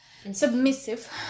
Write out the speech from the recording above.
Submissive